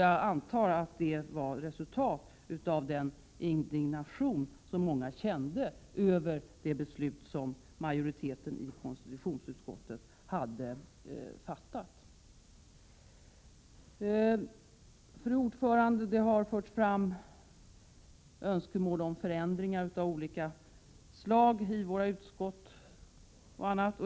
Jag antar att det var resultatet av den indignation som många kände över det beslut som majoriteten i konstitutionsutskottet hade fattat. Fru talman! Det har framförts önskemål om förändringar av olika slag i de olika utskotten.